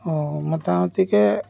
অঁ মোটামুটিকৈ